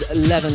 11